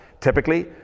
typically